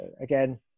again